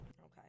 Okay